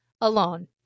alone